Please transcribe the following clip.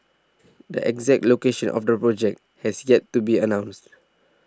the exact location of the project has yet to be announced